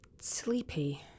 sleepy